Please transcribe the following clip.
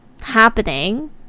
happening